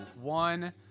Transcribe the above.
one